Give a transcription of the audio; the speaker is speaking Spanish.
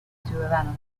ciudadanos